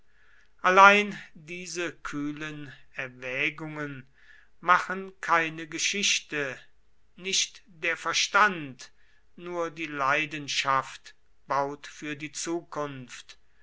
allein diese kühlen erwägungen machen keine geschichte nicht der verstand nur die leidenschaft baut für die zukunft